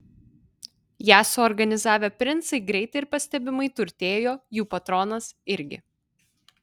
ją suorganizavę princai greitai ir pastebimai turtėjo jų patronas irgi